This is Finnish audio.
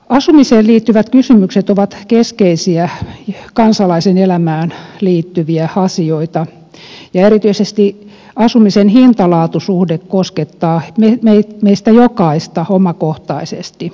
asumiseen liittyvät kysymykset ovat keskeisiä kansalaisen elämään liittyviä asioita ja erityisesti asumisen hintalaatu suhde koskettaa meistä jokaista omakohtaisesti